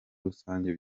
rusange